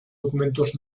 documentos